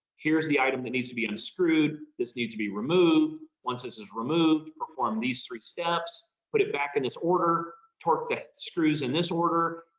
here's the item that needs to be unscrewed, this needs to be removed. once this is removed, perform these three steps, put it back in this order torque the screws in this order.